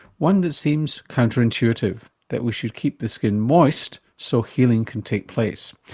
one that seems counterintuitive that we should keep the skin moist so healing can take place.